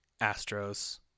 Astros